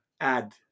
add